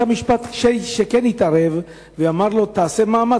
כשבית-המשפט כן התערב ואמר לו לעשות מאמץ,